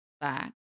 back